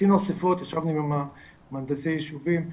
עשינו אספות ישבנו עם מהנדסי יישובים,